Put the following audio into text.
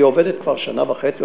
היא עובדת כבר שנה וחצי,